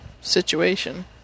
situation